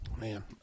man